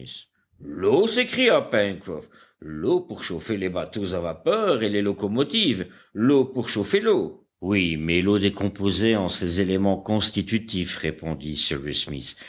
l'eau s'écria pencroff l'eau pour chauffer les bateaux à vapeur et les locomotives l'eau pour chauffer l'eau oui mais l'eau décomposée en ses éléments constitutifs répondit cyrus smith